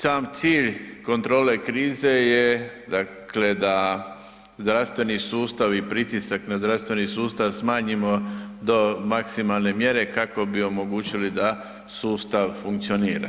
Sam cilj kontrole krize je dakle da zdravstveni sustav i pritisak na zdravstveni sustav smanjimo do maksimalne mjere kako bi omogućili da sustav funkcionira.